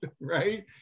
right